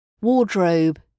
Wardrobe